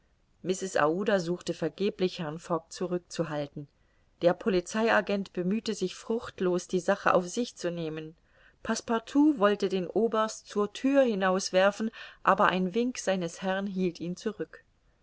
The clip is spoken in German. aouda suchte vergeblich herrn fogg zurückzuhalten der polizei agent bemühte sich fruchtlos die sache auf sich zu nehmen passepartout wollte den oberst zur thür hinauswerfen aber ein wink seines herrn hielt ihn zurück